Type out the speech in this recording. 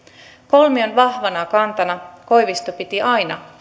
kolmion vahvana kantana koivisto piti aina